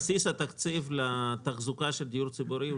הבסיס התקציבי לתחזוקה של דיור ציבורי הוא